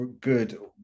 good